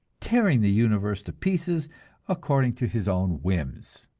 tearing the universe to pieces according to his own whims.